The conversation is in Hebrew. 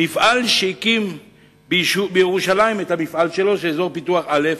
מפעל בירושלים באזור פיתוח א'